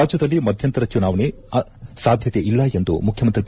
ರಾಜ್ಯದಲ್ಲಿ ಮಧ್ಯಂತರ ಚುನಾವಣೆ ಸಾಧ್ಯತೆ ಇಲ್ಲಿ ಎಂದು ಮುಖ್ಯಮಂತ್ರಿ ಬಿ